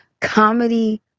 comedy